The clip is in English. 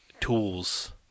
tools